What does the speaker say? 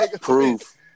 Proof